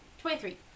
Twenty-three